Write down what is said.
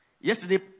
Yesterday